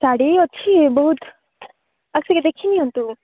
ଶାଢ଼ୀ ଅଛି ବହୁତ ଆସିକି ଦେଖି ନିଅନ୍ତୁ